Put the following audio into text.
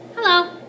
Hello